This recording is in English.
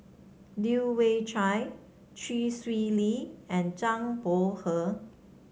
Leu Yew Chye Chee Swee Lee and Zhang Bohe